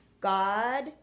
God